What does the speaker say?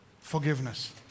forgiveness